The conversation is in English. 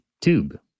tube